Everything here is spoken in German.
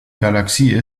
galaxie